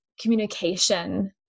communication